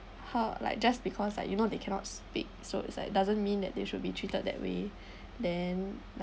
how like just because like you know they cannot speak so it's like doesn't mean that they should be treated that way then li~